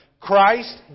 Christ